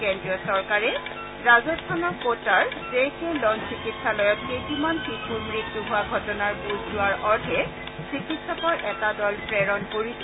কেন্দ্ৰীয় চৰকাৰে ৰাজ্যস্থানৰ কোটাৰ জেকে লন চিকিৎসালয়ত কেইটিমান শিশুৰ মৃত্যু হোৱা ঘটনাৰ বুজ লোৱাৰ অৰ্থে চিকিৎসকৰ এটা দল প্ৰেৰণ কৰিছে